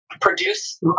Produce